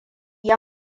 ya